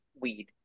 weed